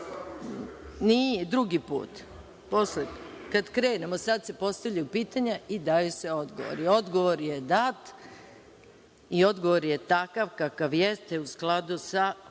Drugi put kada krenemo. Sada se postavljaju pitanja i daju se odgovori. Odgovor je dat i odgovor je takav kakav i jeste u skladu sa